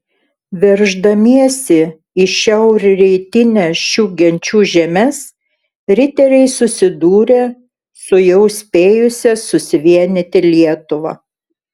verždamiesi į šiaurrytines šių genčių žemes riteriai susidūrė su jau spėjusia susivienyti lietuva